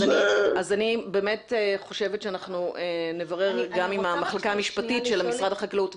אז אני באמת חושבת שאנחנו נברר גם עם המחלקה המשפטית של משרד החקלאות.